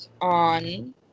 on